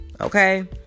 Okay